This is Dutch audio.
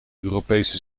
europese